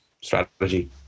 strategy